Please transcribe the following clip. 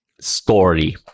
story